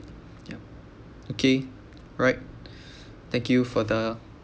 yup okay alright thank you for the